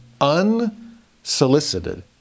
unsolicited